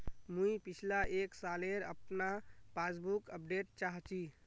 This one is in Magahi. मुई पिछला एक सालेर अपना पासबुक अपडेट चाहची?